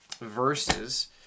verses